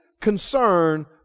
concern